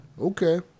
Okay